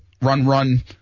run-run